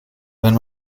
wenn